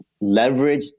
leverage